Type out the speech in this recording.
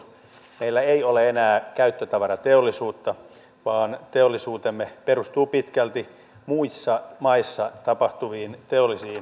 meillä ei ole enää käyttötavarateollisuutta vaan teollisuutemme perustuu pitkälti muissa maissa tapahtuviin teollisiin investointeihin